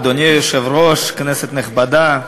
אדוני היושב-ראש, כנסת נכבדה,